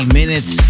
minutes